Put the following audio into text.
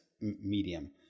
medium